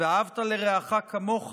"ואהבת לרעך כמוך"